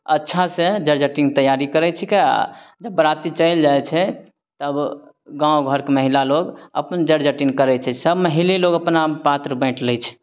अच्छा सँ जट जटिन तैयारी करय छीकै जब बराती चलि जाइ छै तब गाँव घरके महिला लोग अपन जट जटिन करय छै सब महिले लोग अपनामे पात्र बाँटि लै छै